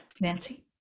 Nancy